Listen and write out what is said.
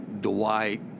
Dwight